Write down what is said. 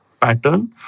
pattern